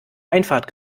einfahrt